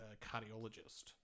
cardiologist